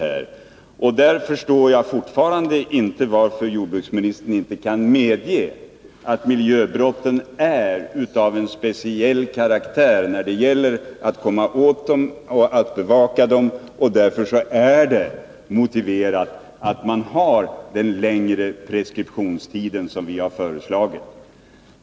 Jag förstår fortfarande inte varför jordbruksmininstern inte kan medge att miljöbrotten har en speciell karaktär, med tanke på möjligheterna att komma åt dem och att bevaka dem, och att det därför vore motiverat att ha den längre preskriptionstid som vi har föreslagit.